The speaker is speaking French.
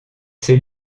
c’est